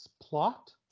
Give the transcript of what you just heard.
plot